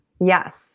Yes